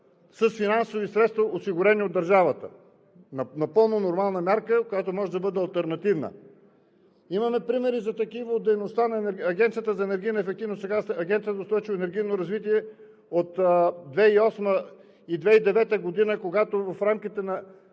с финансови средства, осигурени от държавата. Напълно нормална мярка, която може да бъде алтернативна. Имаме примери за такива от дейността на Агенцията за енергийна ефективност, сега Агенция за устойчиво и енергийно развитие, от 2008-а и 2009 г., когато в рамките на